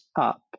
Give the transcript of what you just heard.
up